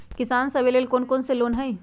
किसान सवे लेल कौन कौन से लोने हई?